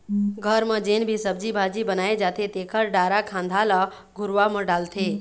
घर म जेन भी सब्जी भाजी बनाए जाथे तेखर डारा खांधा ल घुरूवा म डालथे